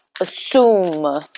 assume